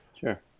Sure